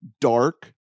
dark